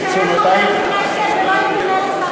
זה מה שהייתי רוצה,